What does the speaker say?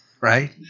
right